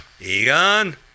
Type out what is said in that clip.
Egon